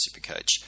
Supercoach